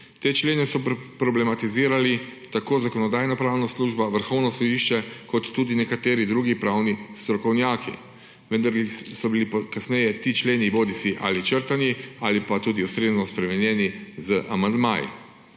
Te člene so problematizirali tako Zakonodajno-pravna služba, Vrhovno sodišče kot tudi nekateri drugi pravni strokovnjaki, vendar so bili kasneje ti členi bodisi črtani bodisi ustrezno spremenjeni z amandmaji.